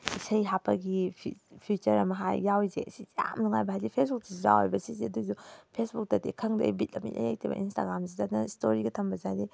ꯏꯁꯩ ꯍꯥꯞꯄꯒꯤ ꯐꯤꯆꯔ ꯑꯃ ꯌꯥꯎꯔꯤꯁꯦ ꯑꯁꯤꯁꯦ ꯌꯥꯝ ꯅꯨꯡꯉꯥꯏꯕ ꯍꯥꯏꯗꯤ ꯐꯦꯁꯕꯨꯛꯇꯁꯨ ꯌꯥꯎꯋꯦꯕ ꯁꯤꯁꯦ ꯑꯗꯨꯑꯣꯏꯁꯨ ꯐꯦꯁꯕꯨꯛꯇꯗꯤ ꯈꯪꯗꯦ ꯑꯩ ꯕꯤꯠ ꯑꯃ ꯏꯂꯩ ꯂꯩꯇꯦꯕ ꯏꯟꯁꯇꯥꯒ꯭ꯔꯥꯝꯁꯤꯗꯅ ꯏꯁꯇꯣꯔꯤꯒ ꯊꯝꯕꯁꯦ ꯍꯥꯏꯗꯤ